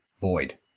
void